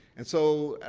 and, so,